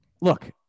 look